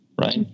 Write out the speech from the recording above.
right